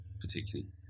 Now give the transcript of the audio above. particularly